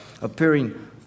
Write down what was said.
appearing